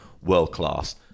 world-class